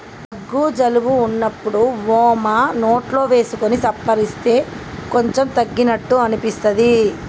దగ్గు జలుబు వున్నప్పుడు వోమ నోట్లో వేసుకొని సప్పరిస్తే కొంచెం తగ్గినట్టు అనిపిస్తది